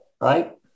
right